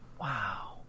Wow